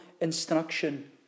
instruction